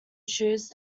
choose